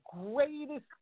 greatest